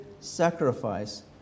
sacrifice